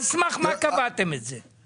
על סמך מה קבעתם את זה?